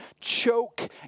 choke